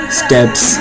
steps